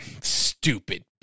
Stupid